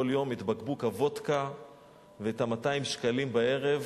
כל יום את בקבוק הוודקה ואת 200 השקלים בערב,